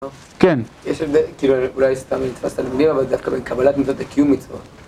כן. - יש הבדל... כאילו אולי סתם נתפס לדברים, אבל דווקא בקבלת מידות הקיום מצוות.